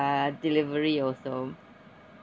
uh delivery also